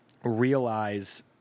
realize